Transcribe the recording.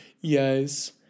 Yes